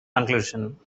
conclusion